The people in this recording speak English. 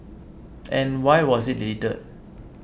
and why was it deleted